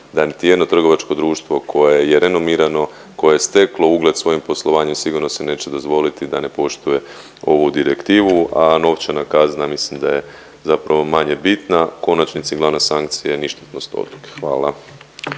da niti jedno trgovačko društvo koje je renomirano, koje je steklo ugled svojim poslovanjem sigurno si neće dozvoliti da ne poštuje ovu direktivu, a novčana kazna mislim da je zapravo manje bitna. U konačnici glavna sankcija je ništetnost odluke. Hvala.